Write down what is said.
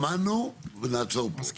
שמענו ונעצור פה.